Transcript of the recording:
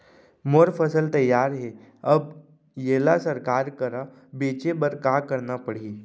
मोर फसल तैयार हे अब येला सरकार करा बेचे बर का करना पड़ही?